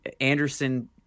Anderson